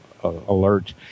alerts